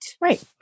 Right